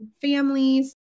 families